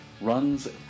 runs